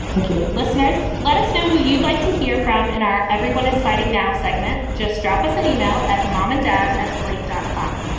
thank you, listeners. let us know who you'd like to hear from. and everyone is fighting now segment. just drop us an email at mom and dad at slate dot com.